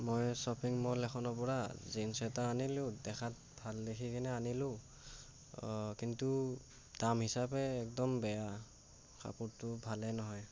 মই shopping mall এখনৰ পৰা জিন্চ এটা আনিলোঁ দেখাত ভাল দেখি কিনে আনিলোঁ কিন্তু দাম হিচাপে একদম বেয়া কাপোৰটো ভালে নহয়